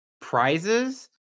prizes